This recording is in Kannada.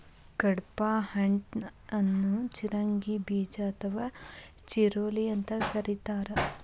ಕಡ್ಪಾಹ್ನಟ್ ಅನ್ನು ಚಿರೋಂಜಿ ಬೇಜ ಅಥವಾ ಚಿರೋಲಿ ಅಂತ ಕರೇತಾರ